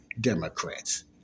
Democrats